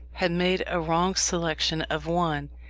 had made a wrong selection of one,